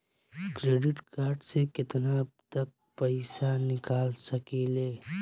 Credit card से केतना तक पइसा निकाल सकिले?